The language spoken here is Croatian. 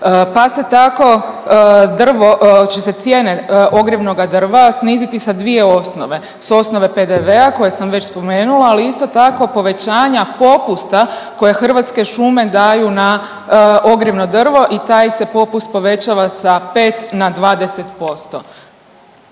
pa se tako drvo, će se cijene ogrjevnoga drva sniziti sa dvije osnove, s osnove PDV-a koje sam već spomenula, ali isto tako povećanja popusta koje Hrvatske šume daju na ogrjevno drvo i taj se popust povećava sa 5 na 20%,